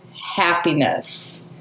happiness